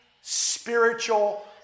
spiritual